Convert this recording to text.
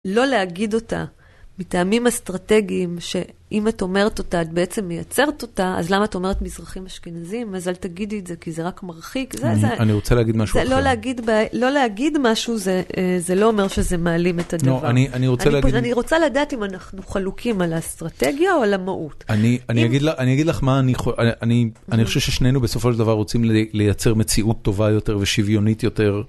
לא להגיד אותה מטעמים אסטרטגיים שאם את אומרת אותה את בעצם מייצרת אותה, אז למה את אומרת מזרחים אשכנזים? אז אל תגידי את זה כי זה רק מרחיק. זה, זה.. אני רוצה להגיד משהו אחר. זה לא להגיד, לא להגיד משהו זה אה.. זה לא אומר שזה מעלים את הדבר. אני, אני רוצה להגיד... אני רוצה לדעת אם אנחנו חלוקים על האסטרטגיה או על המהות. אני, אני אגיד ל.. אני אגיד לך מה אני חו.. אה.. אני, אני חושב ששנינו בסופו של דבר רוצים ל.. לייצר מציאות טובה יותר ושוויונית יותר.